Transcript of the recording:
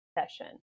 session